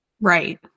Right